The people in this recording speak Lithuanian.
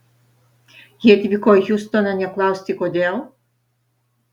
jie atvyko į hjustoną ne klausti kodėl